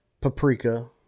paprika